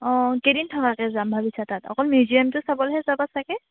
অঁ কেইদিন থকাকৈ যাম ভাবিছা তাত অকল মিউজিয়ামটো চাবলৈহে যাবা চাগে